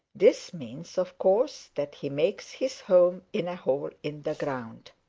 this means, of course, that he makes his home in a hole in the ground.